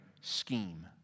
scheme